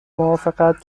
موافقت